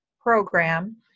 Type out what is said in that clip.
Program